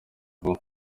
vuba